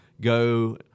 go